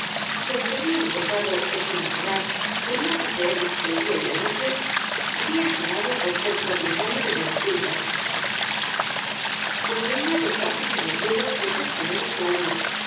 y aunque había empezado en su mocedad por no poseer más que el día y la noche había acabado por ser propietario de buenas fincas po seía dos hazas en el ruedo de tres fanegas